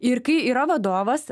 ir kai yra vadovas